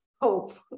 hope